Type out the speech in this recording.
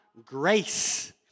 grace